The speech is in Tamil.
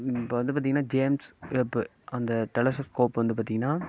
இப்போ வந்து பார்த்திங்கன்னா ஜேம்ஸ் ரெப்பு அந்த டெலஸ்க்கோப் வந்து பார்த்திங்கன்னா